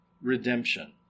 redemption